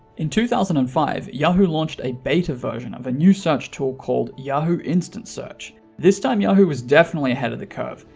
in two thousand and five, yahoo launched a beta version of a new search tool called yahoo nstant search this time yahoo was definitely ahead of the curve,